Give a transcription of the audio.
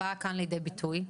באה כאן לידי ביטוי?